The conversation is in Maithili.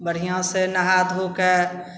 बढ़िआँसँ नहा धो कऽ